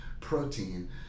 protein